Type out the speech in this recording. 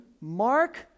mark